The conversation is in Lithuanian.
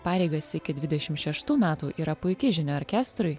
pareigas iki dvidešim šeštų metų yra puiki žinia orkestrui